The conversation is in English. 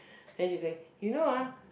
then she say you know ah